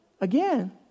again